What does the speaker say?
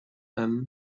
and